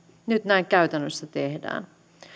nyt näin käytännössä tehdään